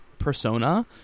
persona